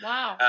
Wow